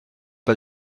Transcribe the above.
pas